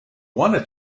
want